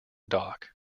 dock